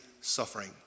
suffering